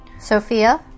Sophia